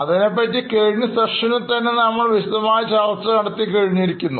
അതിനെപ്പറ്റി കഴിഞ്ഞ സെഷനിൽ നമ്മൾ ചർച്ച ചെയ്തുകഴിഞ്ഞു